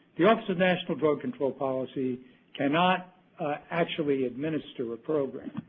the office of national drug control policy cannot actually administer a program,